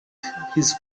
his